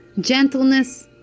gentleness